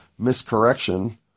miscorrection